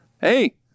Hey